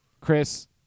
Chris